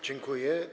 Dziękuję.